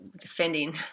defending